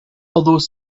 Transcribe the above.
although